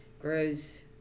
grows